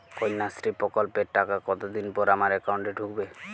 কন্যাশ্রী প্রকল্পের টাকা কতদিন পর আমার অ্যাকাউন্ট এ ঢুকবে?